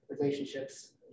relationships